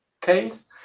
case